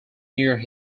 near